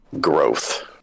growth